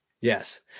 Yes